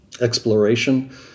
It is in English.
exploration